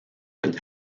and